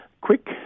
quick